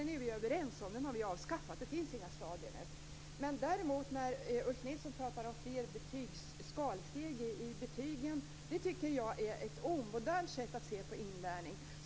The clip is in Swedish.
Vi har ju varit överens om att avskaffa stadierna. Det finns inga stadier nu. Men när Ulf Nilsson pratar om fler skalsteg i betygen tycker jag att det är ett omodernt sätt att se på inlärning.